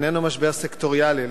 הוא איננו משבר סקטוריאלי,